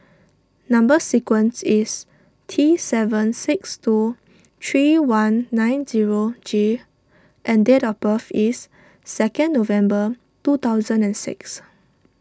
Number Sequence is T seven six two three one nine zero G and date of birth is second November two thousand and six